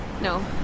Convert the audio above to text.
No